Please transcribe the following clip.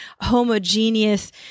homogeneous